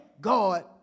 God